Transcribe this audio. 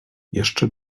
jeszcze